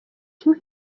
two